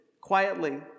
quietly